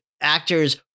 actors